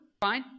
Fine